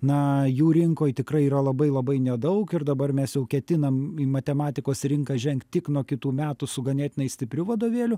na jų rinkoj tikrai yra labai labai nedaug ir dabar mes jau ketinam į matematikos rinką žengt tik nuo kitų metų su ganėtinai stipriu vadovėliu